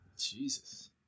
Jesus